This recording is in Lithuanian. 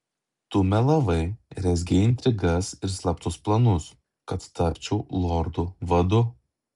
tu melavai rezgei intrigas ir slaptus planus kad tapčiau lordu vadu